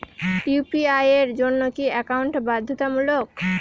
UPI এর জন্য কি একাউন্ট বাধ্যতামূলক?